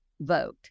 vote